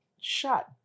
shot